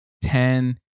ten